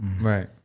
Right